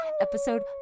episode